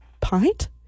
pint